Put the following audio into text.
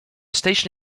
station